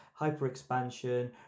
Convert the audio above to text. hyperexpansion